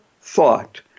thought